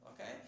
okay